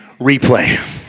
replay